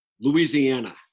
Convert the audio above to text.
Louisiana